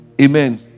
Amen